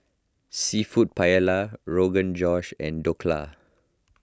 Seafood Paella Rogan Josh and Dhokla